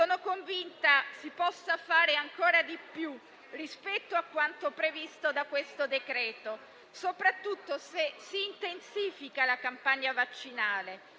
Sono convinta si possa fare ancora di più rispetto a quanto previsto da questo decreto, soprattutto se si intensifica la campagna vaccinale